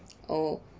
oh